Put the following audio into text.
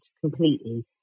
completely